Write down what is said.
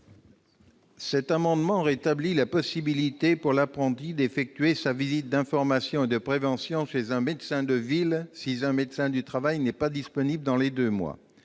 Ces amendements visent à rétablir la possibilité pour l'apprenti d'effectuer sa visite d'information et de prévention chez un médecin de ville si un médecin du travail n'est pas disponible dans les deux mois.